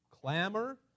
clamor